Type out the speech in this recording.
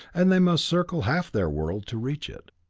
and they must circle half their world to reach it.